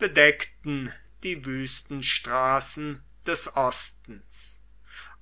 bedeckten die wüstenstraßen des ostens